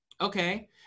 okay